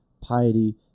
piety